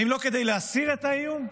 האם לא כדי להסיר את האיום?